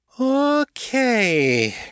Okay